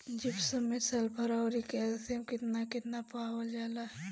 Gypsum मैं sulphur औरी calcium कितना कितना पावल जाला?